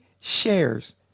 shares